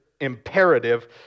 imperative